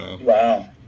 Wow